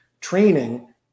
training